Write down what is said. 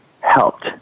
helped